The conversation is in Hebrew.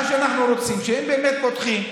מה שאנחנו רוצים זה שאם באמת פותחים,